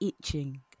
itching